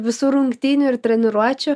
visų rungtynių ir treniruočių